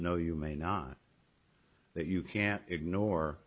no you may not that you can't ignore